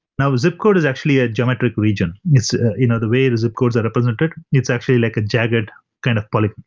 now zip code is actually a geometric region. you know the way the zip codes are represented, it's actually like a jagged kind of poly.